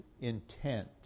intent